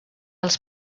els